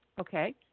Okay